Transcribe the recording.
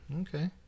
Okay